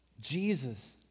Jesus